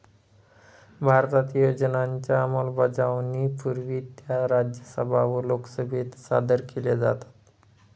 भारतात योजनांच्या अंमलबजावणीपूर्वी त्या राज्यसभा व लोकसभेत सादर केल्या जातात